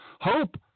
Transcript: Hope